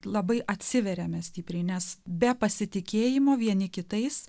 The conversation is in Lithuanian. labai atsiveriame stipriai nes be pasitikėjimo vieni kitais